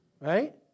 right